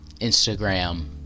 Instagram